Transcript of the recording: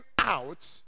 out